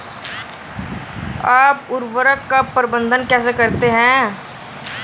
आप उर्वरक का प्रबंधन कैसे करते हैं?